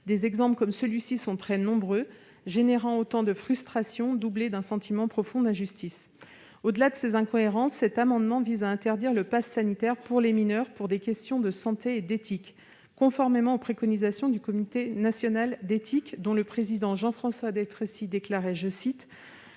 Les exemples de ce type sont très nombreux, générant des frustrations et un sentiment profond d'injustice. Au-delà de ces incohérences, cet amendement vise à interdire le passe sanitaire pour les mineurs pour des questions de santé et d'éthique, conformément aux préconisations du Comité consultatif national d'éthique. Son président, M. Jean-François Delfraissy déclarait ainsi